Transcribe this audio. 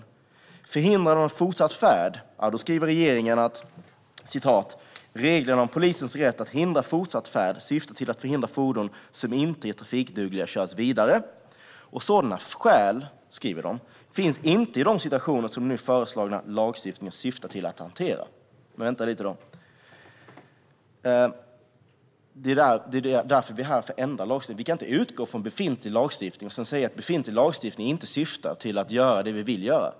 När det gäller förhindrande av fortsatt färd skriver regeringen: Reglerna om polisens rätt att hindra fortsatt färd syftar till att förhindra fordon som inte är trafikdugliga att köras vidare. Sådana skäl finns inte i de situationer som nu är föreslagna att lagstiftningen ska syfta till att hantera. Men vänta lite nu! Vi är här för att ändra lagstiftning. Vi kan inte utgå från befintlig lagstiftning och sedan säga att befintlig lagstiftning inte syftar till att göra det vi vill göra.